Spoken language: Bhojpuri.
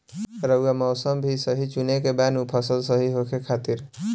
रऊआ मौसम भी सही चुने के बा नु फसल सही होखे खातिर